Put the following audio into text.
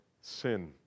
sin